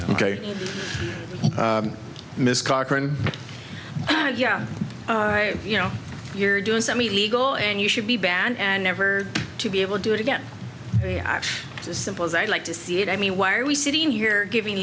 ok miss cochran you know you're doing something illegal and you should be banned and never to be able to do it again we are as simple as i'd like to see it i mean why are we sitting here giving